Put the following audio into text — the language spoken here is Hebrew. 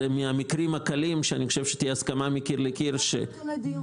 אלה מהמקרים הקלים שאני חושב שתהיה הסכמה מקיר לקיר שבן